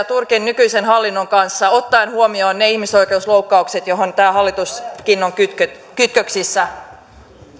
turkin nykyisen hallinnon kanssa ottaen huomioon ne ihmisoikeusloukkaukset johon tämä hallituskin on kytköksissä kytköksissä